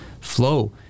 flow